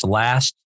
last